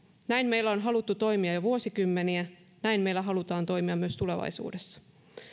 näin meillä on haluttu toimia jo vuosikymmeniä näin meillä halutaan toimia myös tulevaisuudessa